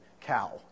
cow